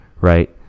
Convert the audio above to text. right